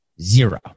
Zero